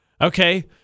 Okay